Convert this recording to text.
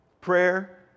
prayer